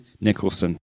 Nicholson